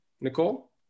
Nicole